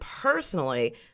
personally